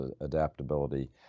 adaptability